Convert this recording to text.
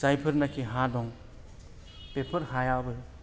जायफोरनाखि हा दं बेफोर हायाबो